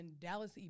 Dallas